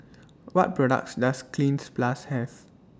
What products Does Cleanz Plus Have